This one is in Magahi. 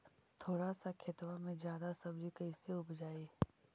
थोड़ा सा खेतबा में जादा सब्ज़ी कैसे उपजाई?